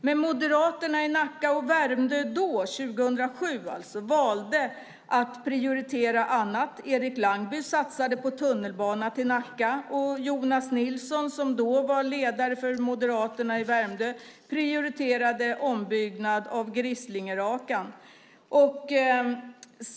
Men Moderaterna i Nacka och Värmdö valde då, 2007 alltså, att prioritera annat. Erik Langby ville satsa på tunnelbana till Nacka, och Jonas Nilsson, som då var ledare för Moderaterna i Värmdö, prioriterade ombyggnad av Grisslingerakan.